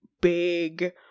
big